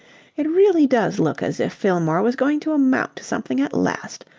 it really does look as if fillmore was going to amount to something at last.